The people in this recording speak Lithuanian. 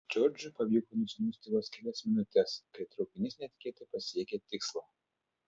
džordžui pavyko nusnūsti vos kelias minutes kai traukinys netikėtai pasiekė tikslą